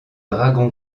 dragon